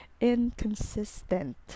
Inconsistent